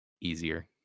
easier